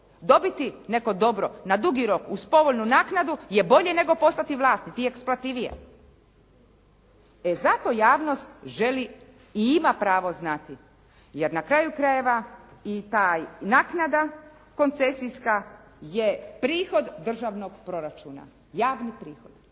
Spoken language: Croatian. Dobiti neko dobro na dugi rok uz povoljnu naknadu je bolje nego postati vlasnik i isplativije. E zato javnost želi i ima pravo znati, jer na kraju krajeva i ta naknada koncesijska je prihod državnog proračuna, javni prihod.